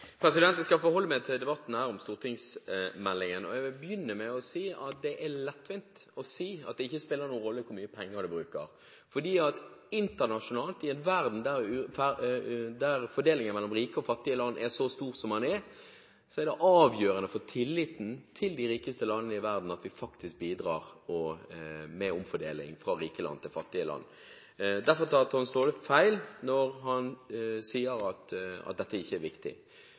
lettvint å si at det ikke spiller noen rolle hvor mye penger man bruker, fordi internasjonalt, i en verden der fordelingen mellom rike og fattige land er så stor som den er, er det avgjørende for tilliten til de rikeste landene i verden at vi faktisk bidrar med omfordeling fra rike land til fattige land. Derfor tar Tom Staahle feil når han sier at dette ikke er viktig.